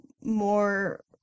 more